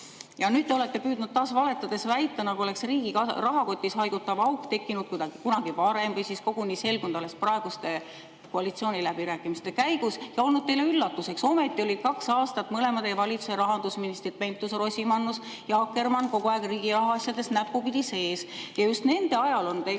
Ja nüüd te olete püüdnud taas valetades väita, nagu oleks riigi rahakotis haigutav auk tekkinud kunagi varem või siis koguni selgunud alles praeguste koalitsiooniläbirääkimiste käigus ja olnud teile üllatuseks. Ometi olid kaks aastat mõlema teie valitsuse rahandusministrid Pentus-Rosimannus ja Akkermann kogu aeg riigi rahaasjades näppupidi sees ja just nende ajal on tekkinud